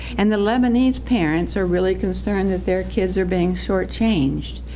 and the lebanese parents are really concerned that their kids are being shortchanged,